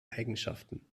eigenschaften